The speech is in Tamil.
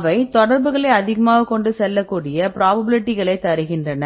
அவை தொடர்புகளை அதிகமாகக் கொண்டு செல்லக்கூடிய ப்ரோபபிளிட்டிகளைத் தருகின்றன